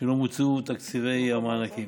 לא מוצו תקציבי המענקים.